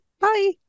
Bye